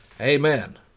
Amen